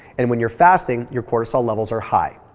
and when you're fasting, your cortisol levels are high.